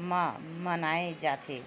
म मनाए जाथे